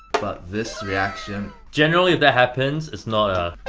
but this reaction. generally if that happens, it's not a.